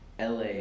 LA